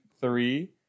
Three